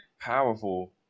powerful